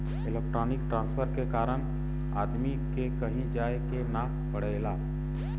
electronic transfer के कारण आदमी के कहीं जाये के ना पड़ेला